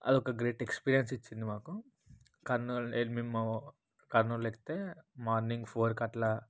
అదొక great experience ఇచ్చింది మాకు కర్నూల్ వెళ్లి మేము కర్నూలు ఎక్కితే మార్నింగ్ ఫోర్ కట్ల